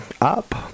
up